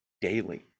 daily